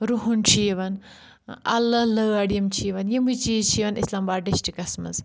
رۆہَن چھُ یِوان اَلہٕ لٲر یِم چھِ یِوان یِمے چیٖز چھِ یِوان اسلام آباد ڈِسٹرٛکس منٛز